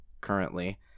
currently